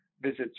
visits